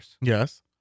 Yes